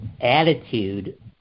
attitude